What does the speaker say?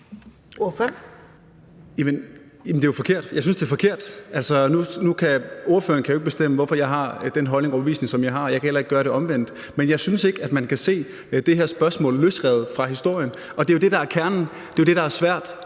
det er jo forkert. Jeg synes, det er forkert. Ordføreren kan jo ikke bestemme, hvad for en holdning og overbevisning, som jeg har, og jeg kan heller ikke gøre det omvendte. Men jeg synes ikke, at man kan se det her spørgsmål løsrevet fra historien, og det er jo det, der er kernen. Det er jo det, der er svært.